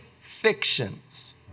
fictions